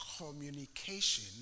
communication